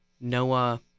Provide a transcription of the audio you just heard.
Noah